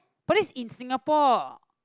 but that's in Singapore